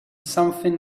something